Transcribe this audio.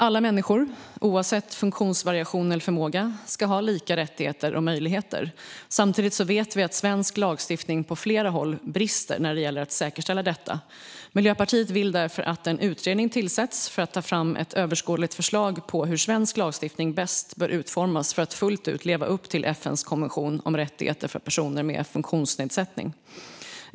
Alla människor, oavsett funktionsvariation eller förmåga, ska ha lika rättigheter och möjligheter. Samtidigt vet vi att svensk lagstiftning på flera håll brister när det gäller att säkerställa detta. Miljöpartiet vill därför att en utredning tillsätts för att ta fram ett överskådligt förslag på hur svensk lagstiftning bäst bör utformas för att fullt ut leva upp till FN:s konvention om rättigheter för personer med funktionsnedsättning.